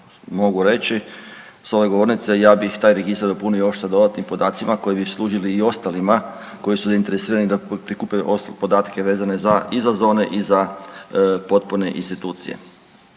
mogu reći s ove govornice ja bih taj registar dopunio još sa dodatnim podacima koji bi služili i ostalima koji su zainteresirani da prikupe podatke vezane za i za zone i za potporne institucije.